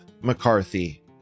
McCarthy